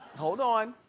hold on.